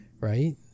right